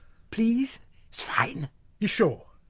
please, it's fine you sure?